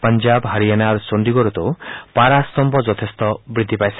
পঞ্জাব হাৰিয়াণা আৰু চণ্ডীগড়তো পাৰাস্তম্ভ যথেষ্ট বৃদ্ধি পাইছে